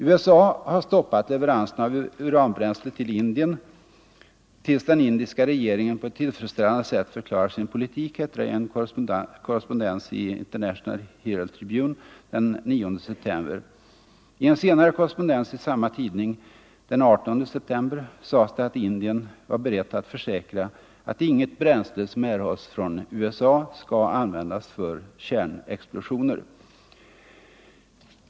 USA har stoppat leveranserna av uranbränsle till Indien tills den indiska regeringen på ett tillfredsställande sätt förklarar sin politik, hette det i en korrespondens i International Herald Tribune den 9 september. I en senare korrespondens i samma tidning — den 18 september — sades det att Indien var berett att försäkra att inget bränsle som erhålls från USA kommer att användas för kärnexplosioner.